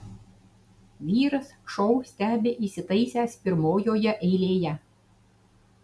vyras šou stebi įsitaisęs pirmojoje eilėje